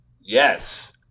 Yes